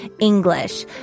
English